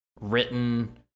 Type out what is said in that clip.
written